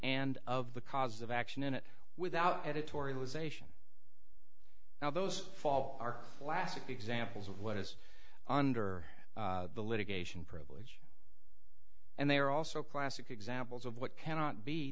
and of the cause of action in it without editorialization now those fall are classic examples of what is under the litigation privilege and they are also classic examples of what cannot be